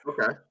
okay